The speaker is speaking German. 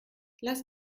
lass